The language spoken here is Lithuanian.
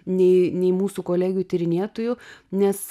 nei nei mūsų kolegių tyrinėtojų nes